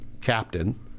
captain